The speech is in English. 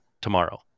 tomorrow